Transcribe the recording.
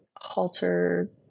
halter